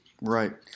Right